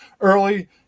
early